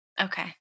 Okay